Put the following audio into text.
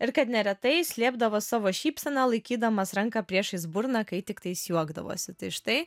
ir kad neretai slėpdavo savo šypseną laikydamas ranką priešais burną kai tiktais juokdavosi tai štai